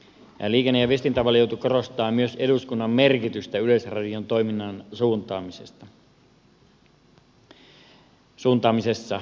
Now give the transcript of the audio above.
liikenne ja viestintävaliokunta korostaa myös eduskunnan merkitystä yleisradion toiminnan suuntaamisessa